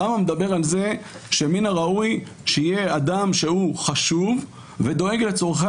הרמב"ם מדבר על זה שמן הראוי שיהיה אדם שהוא חשוב ודואג לצורכי